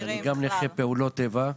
אני גם נכה פעולות איבה,